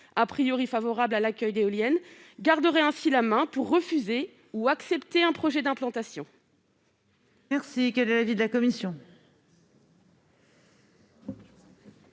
être favorables à l'accueil d'éoliennes garderaient ainsi la main pour refuser ou accepter un projet d'implantation.